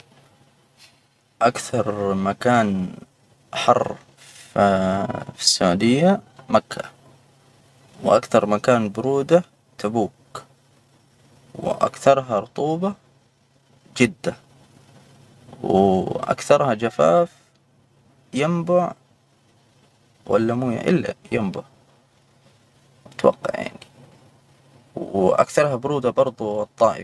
أكثر مكان حر في السعودية مكة، وأكثر مكان برودة تبوك، وأكثرها رطوبة جدة، وأكثرها جفاف ينبع، ولا مو يعني لا ينبع، أتوقع يعني. وأكثرها برودة برضه الطائف.